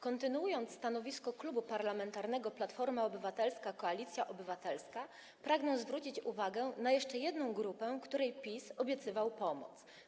Kontynuując przedstawianie stanowiska Klubu Parlamentarnego Platforma Obywatelska - Koalicja Obywatelska, pragnę zwrócić uwagę na jeszcze jedną grupę, której PiS obiecywał pomoc.